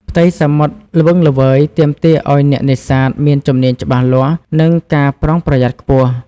ផ្ទៃសមុទ្រល្វឹងល្វើយទាមទារឲ្យអ្នកនេសាទមានជំនាញច្បាស់លាស់ និងការប្រុងប្រយ័ត្នខ្ពស់។